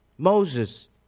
Moses